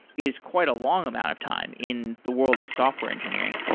is quite a long amount of time in the world of software engineering